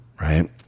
Right